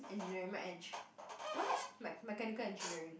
engineering mech~ engi~ mechanical engineering